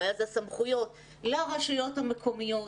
הבעיה היא הסמכויות לרשויות המקומיות,